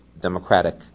democratic